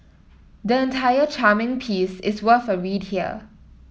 the entire charming piece is worth a read here